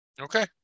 Okay